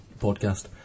podcast